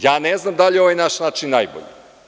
Ja ne znam da li je ovaj naš način najbolji.